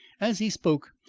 as he spoke,